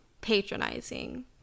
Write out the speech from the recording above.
patronizing